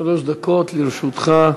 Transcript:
שלוש דקות לרשותך.